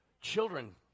Children